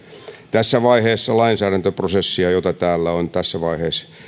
tässä vaiheessa lainsäädäntöprosessia jota täällä on tässä vaiheessa